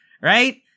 right